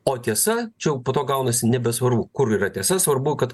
o tiesa čia jau po to gaunasi nebesvarbu kur yra tiesa svarbu kad